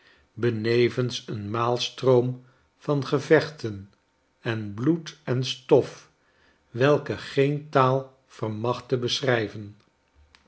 benevens een maalstroom van gevechten en bloed en stof welken geen taal vermag te beschrijven